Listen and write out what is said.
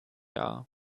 are